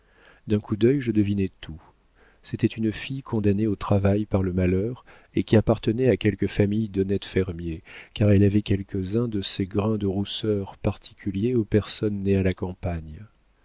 d'un coup d'œil je devinai tout c'était une fille condamnée au travail par le malheur et qui appartenait à quelque famille d'honnêtes fermiers car elle avait quelques-uns de ces grains de rousseur particuliers aux personnes nées à la campagne